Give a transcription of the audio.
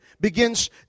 begins